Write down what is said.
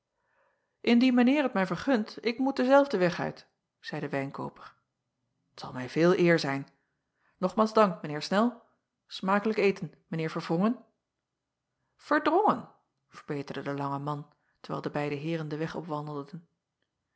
ndien mijn eer het mij vergunt ik moet denzelfden weg uit zeî de wijnkooper t al mij veel eer zijn ogmaals dank mijn eer nel makelijk eten mijn eer erwrongen erdrongen verbeterde de lange man terwijl de beide eeren den weg opwandelden